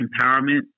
empowerment